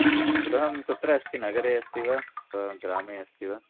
गृहं कुत्र अस्ति नगरे अस्ति वा ग्रामे अस्ति वा